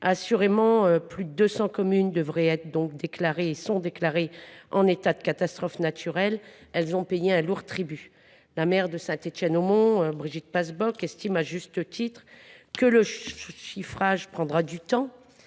Certes, plus de 200 communes sont déclarées en état de catastrophe naturelle. Elles ont payé un lourd tribut. La maire de Saint Étienne au Mont, Brigitte Passebosc, estime à juste titre que le chiffrage prendra du temps